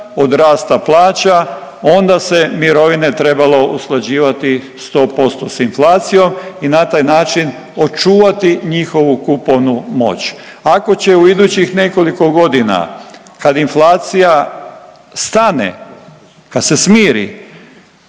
od rasta plaća, onda se mirovine trebalo usklađivati 100% s inflacijom i na taj način očuvati njihovu kupovnu moć. Ako će u idućih nekoliko godina kad inflacija stane, kad se smiri,